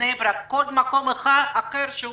או כל מקום אחר שהוא